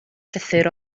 llythyr